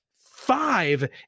five